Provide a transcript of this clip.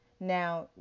Now